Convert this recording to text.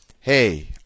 hey